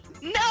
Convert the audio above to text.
No